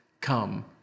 come